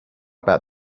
about